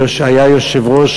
היה יושב-ראש